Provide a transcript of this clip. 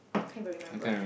can't even remember